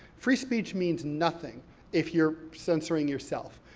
free speech means nothing if you're censoring yourself.